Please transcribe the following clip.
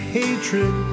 hatred